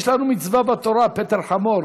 יש לנו מצווה בתורה, "פטר חמור".